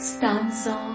Stanza